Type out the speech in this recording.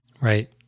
Right